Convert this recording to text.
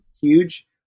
huge